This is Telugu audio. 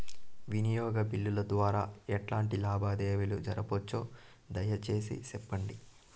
వినియోగ బిల్లుల ద్వారా ఎట్లాంటి లావాదేవీలు జరపొచ్చు, దయసేసి సెప్పండి?